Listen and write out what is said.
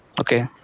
Okay